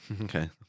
Okay